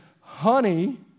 honey